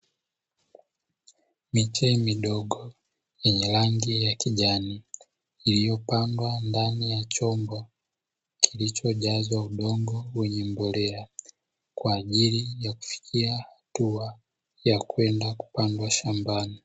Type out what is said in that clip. Miche midogo yenye rangi ya kijani, iliyopandwa ndani ya chombo kilichojazwa udongo wenye mbolea, kwa ajili ya kufikia hatua ya kwenda kupandwa shambani.